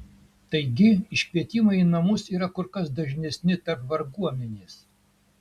taigi iškvietimai į namus yra kur kas dažnesni tarp varguomenės